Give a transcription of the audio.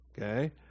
Okay